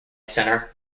center